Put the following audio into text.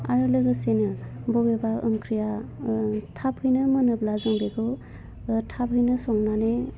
आरो लोगोसेनो बबेबा ओंख्रिया थाबनो मोनाब्ला जों बेखौ थाबनो संनानै